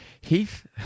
Heath